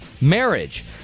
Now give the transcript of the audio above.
Marriage